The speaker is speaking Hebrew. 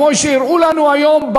כמו שהראו לנו היום,